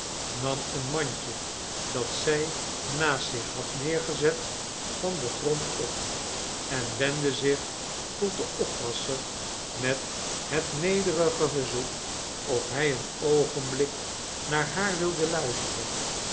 nam een mandje dat zij naast zich had neergezet van den grond op en wendde zich tot den oppasser met het nederige verzoek of hij een oogenblik naar haar wilde luisteren